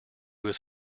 was